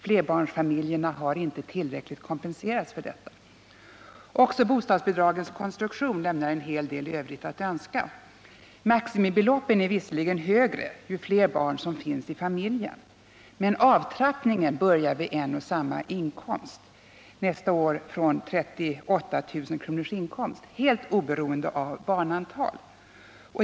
Flerbarnsfamiljerna har inte tillräckligt kompenserats för detta. Också bostadsbidragens konstruktion lämnar en hel del övrigt att önska. Maximibeloppen är visserligen högre ju fler barn som finns i familjen, men avtrappningen börjar vid en och samma inkomst — nästa år 38 000 kr. — helt oberoende av barnantal.